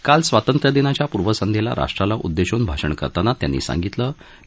काल स्वातंत्र्य दिनाच्या पूर्वसंध्यक्ती राष्ट्राला उद्दधून भाषण करताना त्यांनी सांगितलं की